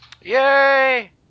Yay